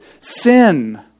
sin